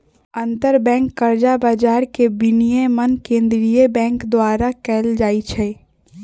अंतरबैंक कर्जा बजार के विनियमन केंद्रीय बैंक द्वारा कएल जाइ छइ